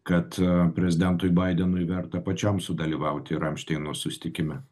kad prezidentui baidenui verta pačiam sudalyvauti ramšteino susitikime